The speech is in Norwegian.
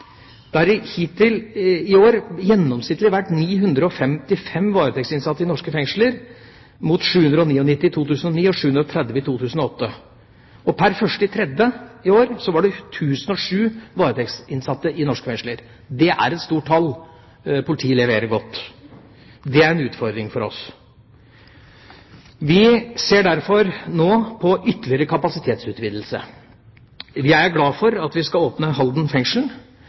betydelig. Det har hittil i år gjennomsnittlig vært 955 varetektsinnsatte i norske fengsler, mot 799 i 2009 og 730 i 2008. Per 1. mars i år var det 1 007 varetektsinnsatte i norske fengsler. Det er et stort tall – politiet leverer godt. Det er en utfordring for oss. Vi ser derfor nå på ytterligere kapasitetsutvidelse. Jeg er glad for at vi skal åpne Halden